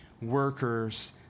workers